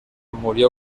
murió